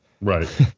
Right